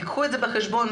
תקחו את זה בחשבון,